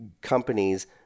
companies